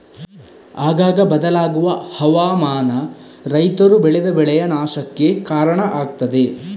ಆಗಾಗ ಬದಲಾಗುವ ಹವಾಮಾನ ರೈತರು ಬೆಳೆದ ಬೆಳೆಯ ನಾಶಕ್ಕೆ ಕಾರಣ ಆಗ್ತದೆ